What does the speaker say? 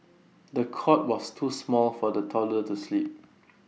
the cot was too small for the toddler to sleep